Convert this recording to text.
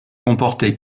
comportaient